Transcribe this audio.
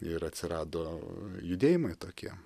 ir atsirado judėjimai tokie